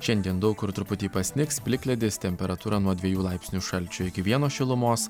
šiandien daug kur truputį pasnigs plikledis temperatūra nuo dviejų laipsnių šalčio iki vieno šilumos